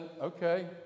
okay